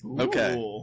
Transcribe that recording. Okay